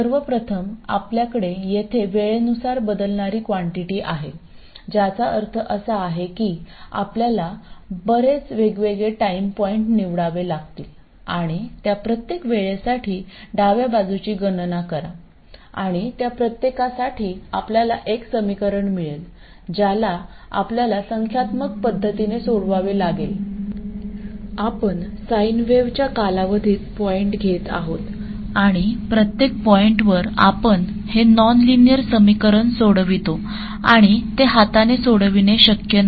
सर्वप्रथम आपल्याकडे येथे वेळेनुसार बदलणारी कॉन्टिटी आहे ज्याचा अर्थ असा आहे की आपल्याला बरेच वेगवेगळे टाइम पॉईंट निवडावे लागतील आणि त्या प्रत्येक वेळेसाठी डाव्या बाजूची गणना करा आणि त्या प्रत्येकासाठी आपल्याला एक समीकरण मिळेल ज्याला आपल्याला संख्यात्मक पद्धतीने सोडवावे लागेल म्हणजे आपण साईंन वेव्हच्या कालावधीत पॉईंट घेत आहोत आणि प्रत्येक पॉईंटवर आपण हे नॉनलिनियर समीकरण सोडवितो आणि हे हाताने सोडविणे शक्य नाही